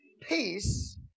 Peace